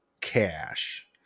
cash